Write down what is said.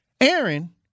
Aaron